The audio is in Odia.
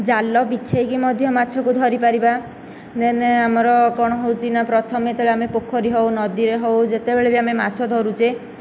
ଜାଲ ବିଛେଇକି ମଧ୍ୟ ମାଛକୁ ଧରିପାରିବା ଦେନ ଆମର କ'ଣ ହେଉଛି ନା ପ୍ରଥମେ ଯେତେବେଳେ ଆମେ ପୋଖରୀ ହେଉ ନଦୀରେ ହେଉ ଯେତେବେଳେ ଭି ଆମେ ମାଛ ଧରୁଛେ